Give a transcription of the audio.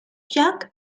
jug